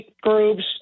groups